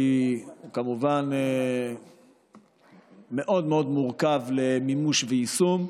כי זה כמובן מאוד מאוד מורכב למימוש ויישום.